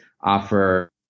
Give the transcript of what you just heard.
offer